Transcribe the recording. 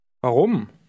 Warum